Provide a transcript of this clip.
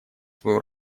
свою